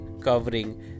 covering